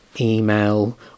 Email